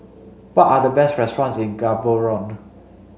what are the best restaurants in Gaborone